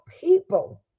people